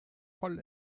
voll